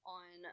on